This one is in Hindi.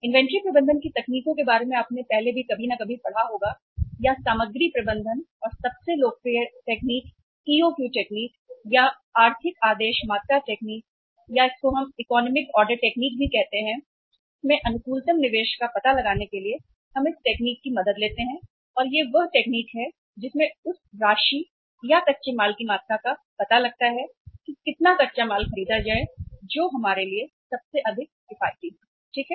इन्वेंटरी प्रबंधन की तकनीकों के बारे में आपने पहले भी कभी ना कभी पढ़ा होगा या सामग्री प्रबंधन और सबसे लोकप्रिय तकनीक EOQ तकनीक या आर्थिक आदेश मात्रा तकनीक इन्वेंटरी में अनुकूलतम निवेश का पता लगाने के लिए हम इस तकनीक की मदद लेते हैं और यह वह तकनीक है जिसमें उस राशि या कच्चे माल की मात्रा का पता लगता है कि कितना कच्चा माल खरीदा जाए जो हमारे लिए सबसे अधिक किफायती हो ठीक है